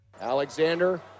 Alexander